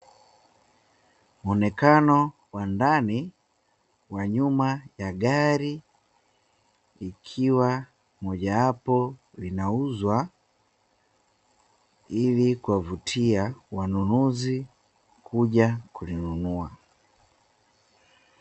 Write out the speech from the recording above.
Muonekano wa ndani wa nyuma ya gari ikiwa mojawapo linauzwa ili kuwavutia wanunuzi kuja kuinunua.